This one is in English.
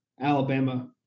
Alabama